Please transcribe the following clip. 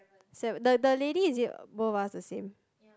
sa~ the the lady is it both of us the same